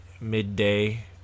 midday